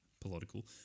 Political